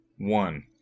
one